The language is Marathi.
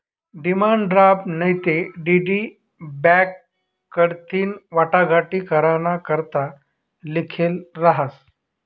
डिमांड ड्राफ्ट नैते डी.डी बॅक कडथीन वाटाघाटी कराना करता लिखेल रहास